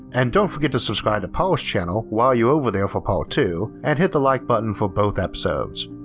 and don't forget to subscribe to paul's channel while you're over their for part two and hit the like button for both episodes.